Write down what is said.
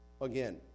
again